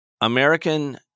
American